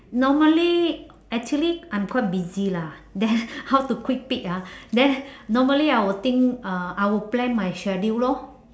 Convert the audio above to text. normally actually I'm quite busy lah then how to quick peek ah then normally I would think uh I would plan my schedule lor